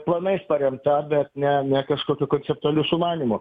planais paremta bet ne ne kažkokių konceptualių sumanymų